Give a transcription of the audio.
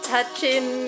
Touching